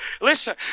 Listen